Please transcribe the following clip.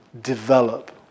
develop